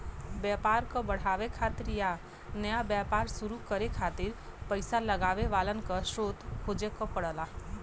व्यापार क बढ़ावे खातिर या नया व्यापार शुरू करे खातिर पइसा लगावे वालन क स्रोत खोजे क पड़ला